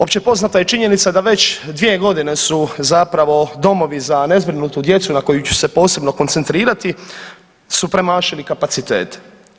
Općepoznata je činjenica da već dvije godine su zapravo domovi za nezbrinutu djecu na koju ću se posebno koncentrirati su premašili kapacitete.